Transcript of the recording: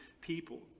people